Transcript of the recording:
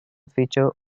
feature